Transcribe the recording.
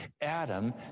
Adam